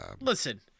Listen